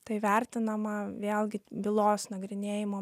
tai vertinama vėlgi bylos nagrinėjimo